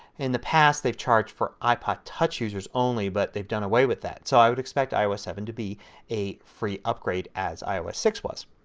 in the past they have charged for ipod touch users only but they have done away with that. so i would expect ios seven to be a free upgrade as ios six was.